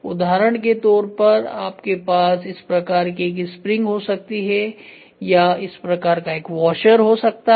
उदाहरण के तौर पर आपके पास इस प्रकार की एक स्प्रिंग हो सकती है या इस प्रकार का एक वॉशर हो सकता है